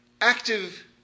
active